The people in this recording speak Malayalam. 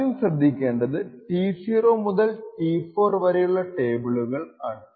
ആദ്യം ശ്രദ്ധിക്കേണ്ടത് T0 മുതൽ T4 വരെയുള്ള ടേബിളുകൾ ആണ്